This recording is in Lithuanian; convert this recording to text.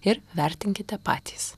ir vertinkite patys